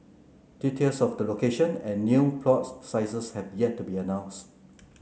details of the location and new plot sizes have yet to be announced